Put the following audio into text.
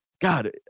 God